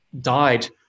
died